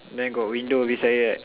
then got window beside it right